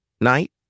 Night